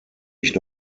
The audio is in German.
ich